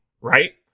right